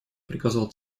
приказал